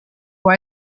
può